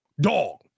dog